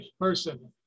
person